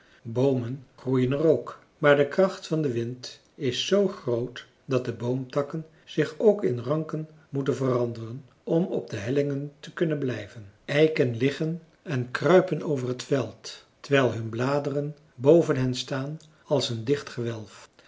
boomen groeien er ook maar de kracht van den wind is zoo groot dat de boomtakken zich ook in ranken moeten veranderen om op de hellingen te kunnen blijven eiken liggen en kruipen over t veld terwijl hun bladen boven hen staan als een dicht gewelf